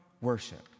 worship